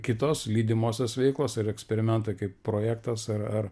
kitos lydimosios veiklos ir eksperimentai kaip projektas ar ar